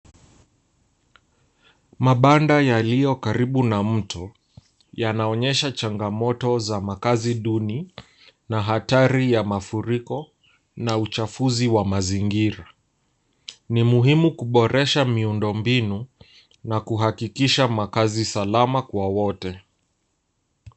Mabanda yaliyo karibu na mto yanaonyesha changamoto za makazi duni na hatari ya mafuriko na uchafuzi wa mazingira. Ni muhimu kuboresha miundo mbinu na kuhakikisha makazi salama kwa wote.